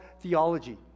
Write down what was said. theology